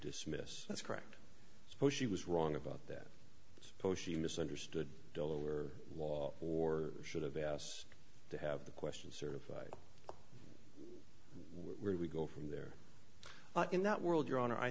dismiss that's correct so she was wrong about that suppose she misunderstood delaware law or should have asked to have the question certified we're we go from there in that world your hon